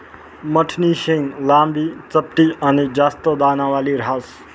मठनी शेंग लांबी, चपटी आनी जास्त दानावाली ह्रास